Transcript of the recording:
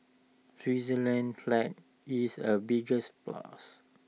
Switzerland's flag is A bigs plus